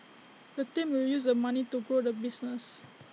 the team will use the money to grow the business